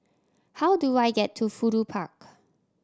how do I get to Fudu Park